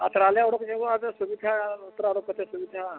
ᱟᱛᱨᱟ ᱞᱮ ᱚᱰᱳᱠ ᱧᱚᱜᱚᱜᱼᱟ ᱟᱫᱚ ᱥᱩᱵᱤᱫᱟ ᱟᱛᱨᱟ ᱚᱰᱳᱠ ᱠᱟᱛᱮᱫ ᱥᱩᱵᱤᱫᱟ